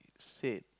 said